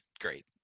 great